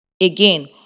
Again